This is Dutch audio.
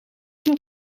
nog